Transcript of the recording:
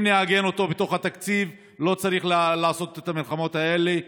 אם נעגן אותו בתוך התקציב לא צריך יהיה לעשות את המלחמות האלה.